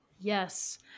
Yes